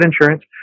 insurance